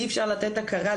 אי אפשר לתת הכרה,